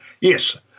yes